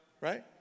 Right